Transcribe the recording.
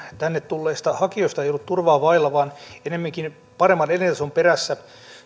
tänne tulleista hakijoista ei ollut turvaa vailla vaan enneminkin paremman elintason perässä